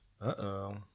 Uh-oh